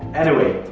anyway,